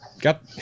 got